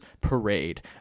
parade